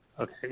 Okay